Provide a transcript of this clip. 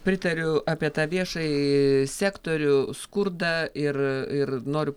pritariu apie tą viešąjį sektorių skurdą ir ir noriu